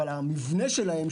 אבל המבנה שלהן,